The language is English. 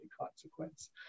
consequence